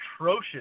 atrocious